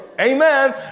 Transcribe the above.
Amen